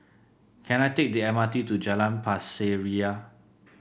can I take the M R T to Jalan Pasir Ria